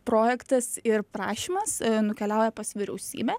projektas ir prašymas nukeliauja pas vyriausybę